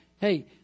hey